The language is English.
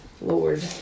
Lord